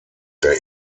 der